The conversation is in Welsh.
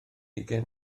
ugain